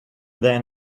then